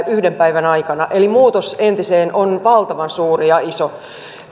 yhden päivän aikana eli muutos entiseen on valtavan suuri ja iso